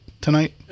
tonight